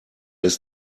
ist